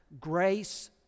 grace